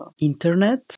internet